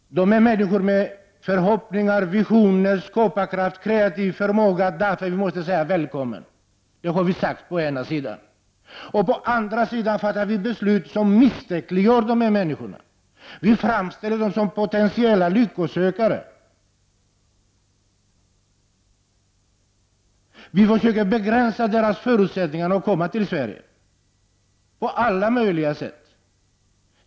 Det rör sig om människor med förhoppningar, visioner, skaparkraft och kreativ förmåga, och därför måste vi välkomna dem. Samtidigt har vi fattat beslut som misstänkliggör dessa människor. Vi framställer dem som potentiella lycksökare. Vi försöker på alla möjliga sätt begränsa förutsättningarna för dem att komma till Sverige.